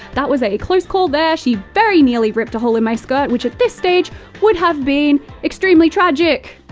that was a close call there, she very nearly ripped a hole in my skirt which at this stage would have been extremely tragic.